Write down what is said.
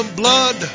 blood